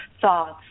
thoughts